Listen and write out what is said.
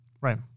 Right